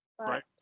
Right